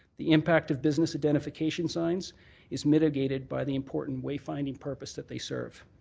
the impact of business identification signs is mitigated by the important way-finding purpose that they serve.